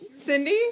Cindy